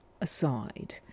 aside